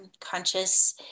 conscious